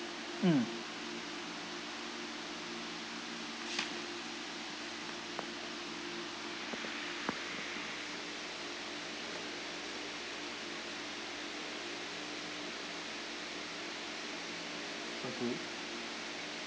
mm okay